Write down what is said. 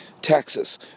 Texas